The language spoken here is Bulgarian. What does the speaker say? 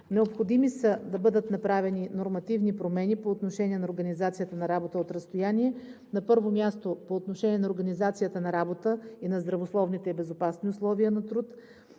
Необходимо е да бъдат направени нормативни промени по отношение на организацията на работа от разстояние. На първо място, по отношение на организацията на работа и на здравословните и безопасни условия на труд.